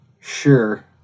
sure